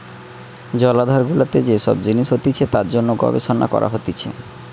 জলাধার গুলাতে যে সব জিনিস হতিছে তার জন্যে গবেষণা করা হতিছে